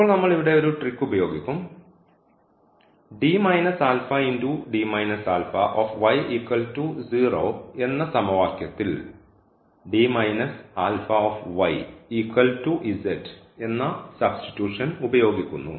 ഇപ്പോൾ നമ്മൾ ഇവിടെ ഒരു ട്രിക്ക് ഉപയോഗിക്കും എന്ന സമവാക്യത്തിൽ എന്ന സബ്സ്റ്റിറ്റ്യൂഷൻ ഉപയോഗിക്കുന്നു